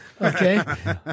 Okay